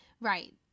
Right